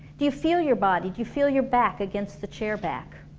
do you feel your body, do you feel your back against the chair back?